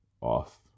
off